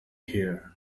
here